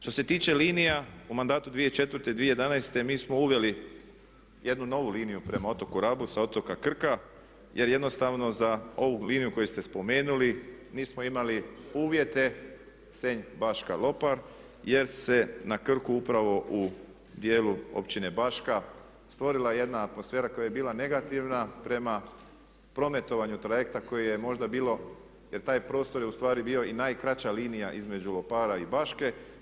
Što se tiče linija u mandatu 2004.-2011. mi smo uveli jednu novu liniju prema otoku Rabu sa otoka Krka jer jednostavno za ovu liniju koju ste spomenuli nismo imali uvjete Senj-Baška-Lopar jer se na Krku upravo u djelu općine Baška stvorila jedna atmosfera koja je bila negativna prema prometovanju trajekta koje je možda bilo jer taj prostor je ustvari bio i najkraća linija između Lopara i Baške.